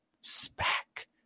spec